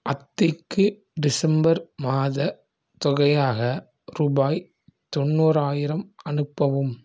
அத்தைக்கு டிசம்பர் மாதத் தொகையாக ரூபாய் தொண்ணூறாயிரம் அனுப்பவும்